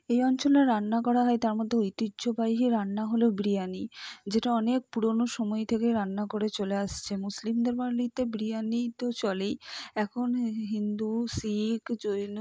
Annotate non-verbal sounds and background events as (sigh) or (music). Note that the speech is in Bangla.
এই অঞ্চলে রান্না করা হয় তার মধ্যে ঐতিহ্যবাহী রান্না হলো বিরিয়ানি যেটা অনেক পুরোনো সময় থেকে রান্না করে চলে আসছে মুসলিমদের (unintelligible) বিরিয়ানি তো চলেই এখন হিন্দু শিখ জৈন